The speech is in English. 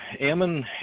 Ammon